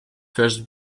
first